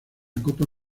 copa